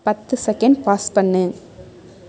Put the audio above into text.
பத்து second pass பண்ணு